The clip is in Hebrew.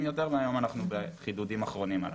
יותר והיום אנחנו בחידודים אחרונים עליו.